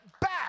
back